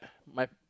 my